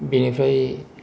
बेनिफ्राय